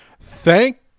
thank